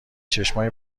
چشمای